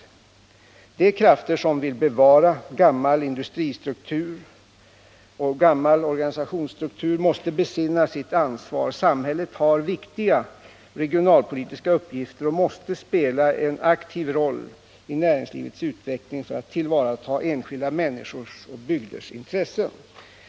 De krafter som vill bevara en gammal industristruktur och en gammal organisationsstruktur måste besinna sitt ansvar. Samhället har viktiga regionalpolitiska uppgifter och måste spela en aktiv roll i näringslivets utveckling för att tillvarata enskilda människors och bygders intressen.